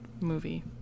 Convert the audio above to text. movie